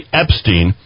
Epstein